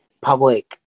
public